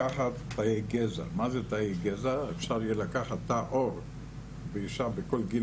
ניתן יהיה לקחת תאי גזע תא עור של אישה בכל גיל,